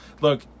Look